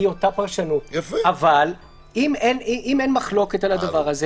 החובה לפי אותו סעיף קטן לא תחול על ילד מתחת לגיל